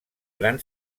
gran